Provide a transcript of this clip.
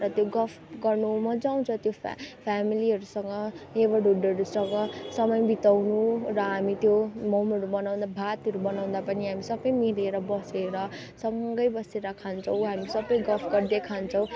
र त्यो गफ गर्नु मजा आउँछ त्यो फ्या फ्यामिलीहरूसँग नेभरहुडहरूसँग समय बिताउनु र हामी त्यो मोमोहरू बनाउँदा भातहरू बनाउँदा पनि हामी सबै मिलेर बसेर सँगै बसेर खान्छौँ हामी सबै गफ गर्दै खान्छौँ